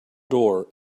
door